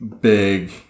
big